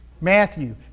Matthew